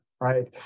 right